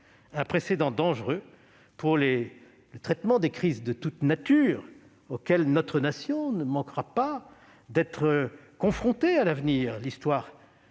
un précédent dangereux pour le traitement des crises de toute nature auxquelles notre Nation ne manquera pas d'être confrontée à l'avenir.